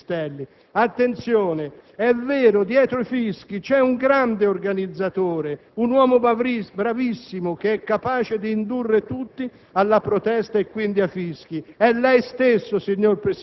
il Presidente del Consiglio si interroga sui fischi, si è convinto che qualcuno organizzi la protesta contro di lui, riducendo a dei teppistelli chi va a fischiarlo.